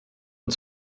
und